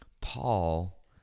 Paul